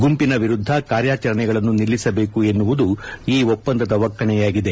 ಗುಂಪಿನ ವಿರುದ್ದ ಕಾರ್ಯಾಚರಣೆಗಳನ್ನು ನಿಲ್ಲಿಸಬೇಕು ಎನ್ನುವುದು ಈ ಒಪ್ಪಂದದ ಒಕ್ಕಣೆಯಾಗಿದೆ